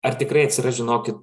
ar tikrai atsiras žinokit